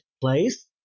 place